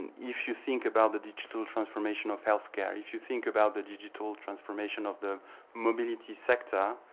and if you think about the digital transformation of healthcare, if you think about the digital transformation of the mobility sector,